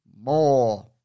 more